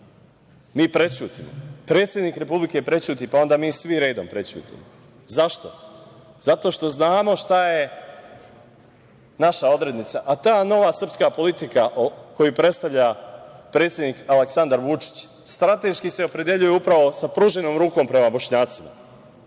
mi prećutimo. Predsednik Republike prećuti, pa onda i mi svi redom prećutimo. Zašto? Zato što znamo šta je naša odrednica, a ta nova srpska politika koju predstavlja predsednik Aleksandar Vučić strateški se opredeljuje upravo sa pruženom rukom prema Bošnjacima. Dragi